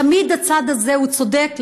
תמיד הצד הזה צודק,